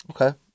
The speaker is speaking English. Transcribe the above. Okay